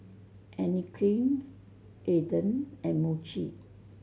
Anne Klein Aden and Muji